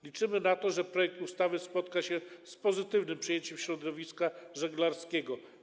Liczymy na to, że projekt ustawy spotka się z pozytywnym przyjęciem środowiska żeglarskiego.